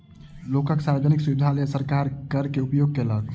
लोकक सार्वजनिक सुविधाक लेल सरकार कर के उपयोग केलक